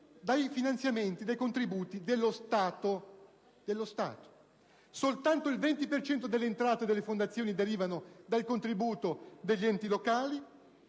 il 60 per cento dai contributi dello Stato. Soltanto il 20 per cento delle entrate delle fondazioni derivano dal contributo degli enti locali,